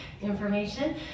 information